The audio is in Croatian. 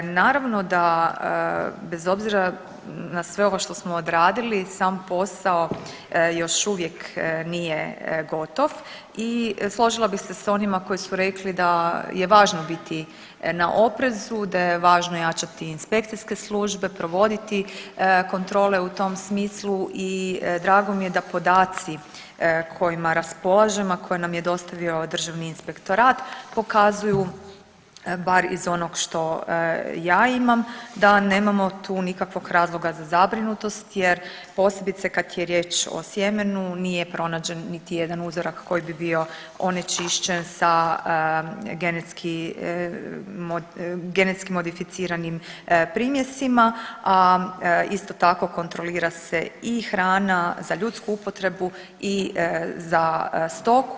Naravno da bez obzira na sve ovo što smo odradili sam posao još uvijek nije gotov i složila bih se s onima koji su rekli da je važno biti na oprezu, da je važno jačati inspekcijske službe, provoditi kontrole u tom smislu i drago mi je da podaci kojima raspolažemo, a koje nam je dostavio državni inspektorat pokazuju bar iz onog što ja imam da nemamo tu nikakvog razloga za zabrinutost jer posebice kad je riječ o sjemenu nije pronađen niti jedan uzorak koji bi bio onečišćen sa genetski modificiranim primjescima, a isto tako kontrolira se i hrana za ljudsku upotrebu i za stoku.